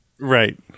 Right